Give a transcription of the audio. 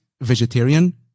vegetarian